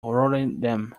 rotterdam